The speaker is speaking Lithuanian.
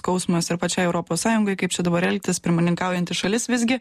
skausmas ir pačiai europos sąjungai kaip čia dabar elgtis pirmininkaujanti šalis visgi